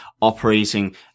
operating